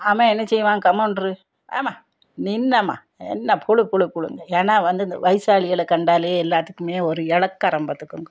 அவன் என்ன செய்வான் கம்மென்று ஏன்மா நின்னம்மா என்ன புளு புளு புளுனு ஏன்னா வந்து இந்த வயசாலிகள கண்டாலே எல்லாத்துக்குமே ஒரு இளக்காரம் பார்த்துக்கோங்க